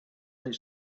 its